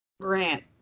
Grant